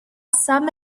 some